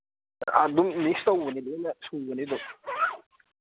ꯑꯗꯨꯝ ꯃꯤꯛꯁ ꯇꯧꯕꯅꯤ ꯂꯣꯏꯅ ꯁꯨꯕꯅꯤ ꯑꯗꯨꯝ